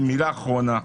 מילה אחרונה,